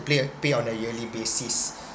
play pay on a yearly basis